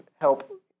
help